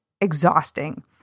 exhausting